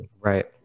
Right